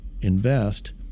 invest